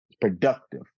productive